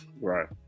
Right